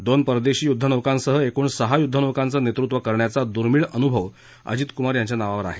दोन परदेशी युद्धनौकांसह एकूण सहा युद्धनौकांचं नेतृत्व करण्याचा दुर्मिळ अनुभव अजितकुमार यांच्या नावावर आहे